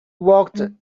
walked